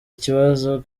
ikibazo